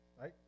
right